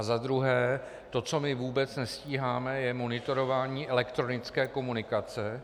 Za druhé to, co my vůbec nestíháme, je monitorování elektronické komunikace.